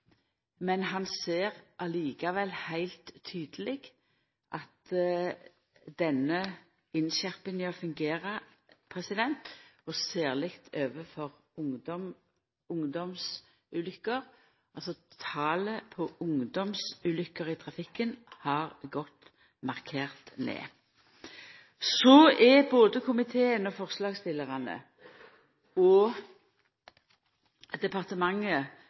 men han ser likevel heilt tydeleg at denne innskjerpinga fungerer, særleg overfor ungdomsulukker – talet på ungdomsulukker i trafikken har gått markert ned. Både komiteen og forslagsstillarane og departementet